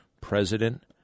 President